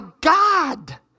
God